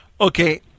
Okay